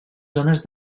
zones